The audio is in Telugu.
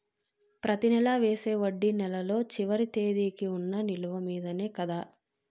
ప్రతి నెల వేసే వడ్డీ నెలలో చివరి తేదీకి వున్న నిలువ మీదనే కదా?